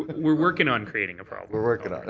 but we're working on creating a problem. we're working on it.